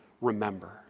remember